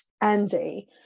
Andy